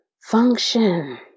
Function